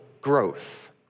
growth